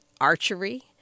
archery